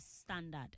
standard